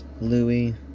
Louis